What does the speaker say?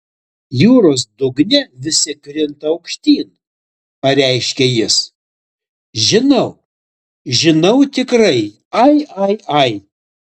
jūros dugne visi krinta aukštyn pareiškė jis žinau žinau tikrai ai ai ai